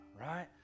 right